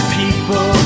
people